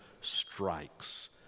strikes